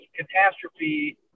catastrophe